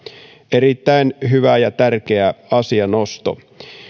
erittäin hyvä ja tärkeä asianosto